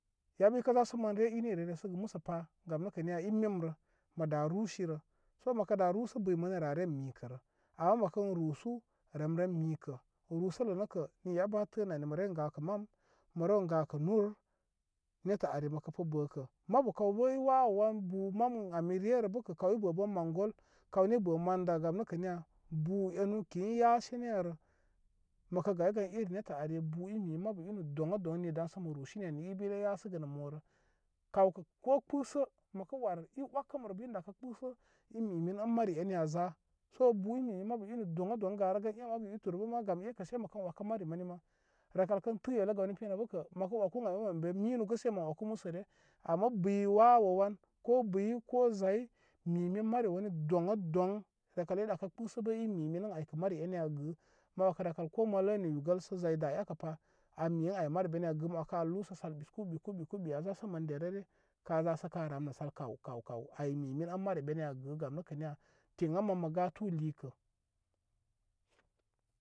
Yabə ikə za sə mən re re səgə məsəpa gam nəkə niya imemrə məda rusirə so məkə da rusulə buy mənə rə a rem mikərə ama məkən rusu rem ren mikə rusələ nəkə n yabə a tənə ani mə rey gakə mam mə rew gakə nur nettə ari məpə bəkə mabu kawbəl wawəwan bu mam ən ami rerə bəkə kaw i bə bən mangol kaw nə ibə manda gamnə kə niya bu enu kə i yasenirə məkə gayi gan irin nettə ari bu i mi min mabu inə daŋ a doŋ ni daŋsə mə rusini ay ibə ire yasəgə nə morə kawkə ko kpəsə məkə wər i wəkəmrə bə i ɗakə kpəsə i mi min in mari enə an za so bu imimin mabu ini doŋ a don garə gan e mabu wituru ma gam ekə say məkən wəkə mari mani ma rəkal kən tə yelə gawni piya nəkə məkə wəku aybə mən mə minugu kə say məkən wəku məsere ama buy wawəwan ko buy ko zan mimin mari wani doya doŋ rəkal i ɗakə kpəsə bə imi min ən aykə mari ini gə ma wəkə rəkal ko ma ləy nigu gəl sə zay da ekəpa an mi ən ay mari beni an gə sə ma wəku an lusə sal gbukugbuku gbu an zagə mən derəre ka za sə ka ra nə sal kaw kaw ay mi min in mari beni an gə gam nəkə niya mən mə gatu likə.